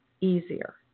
easier